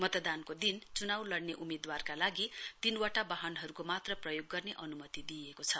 मतदानको दिन चुनाउ लड्ने उम्मेदवारका लागि तीनवटा वाहनहरूको मात्र प्रयोग गर् अनुमति दिइएको छ